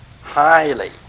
highly